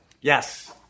yes